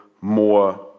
more